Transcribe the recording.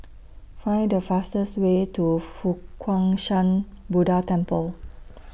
Find The fastest Way to Fo Guang Shan Buddha Temple